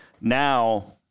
Now